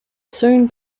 soon